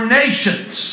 nations